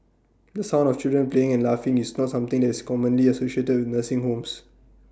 the sound of children playing and laughing is not something that is commonly associated with nursing homes